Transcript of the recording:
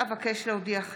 הצעת חוק קביעת הזמן (תיקון,